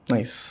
Nice